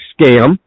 scam